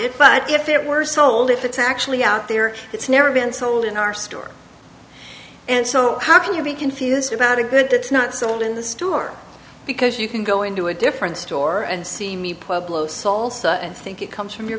it but if it were sold if it's actually out there it's never been sold in our store and so how can you be confused about a good that's not sold in the store because you can go into a different store and see me pueblo salsa and think it comes from your